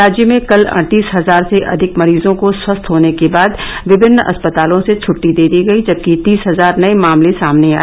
राज्य में कल अडतीस हजार से अधिक मरीजों को स्वस्थ होने के बाद विभिन्न अस्पतालों से छट्टी दे दी गई जबकि तीस हजार नए मामले सामने आए